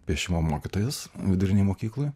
piešimo mokytojas vidurinėj mokykloj